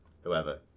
whoever